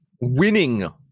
Winning